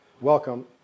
welcome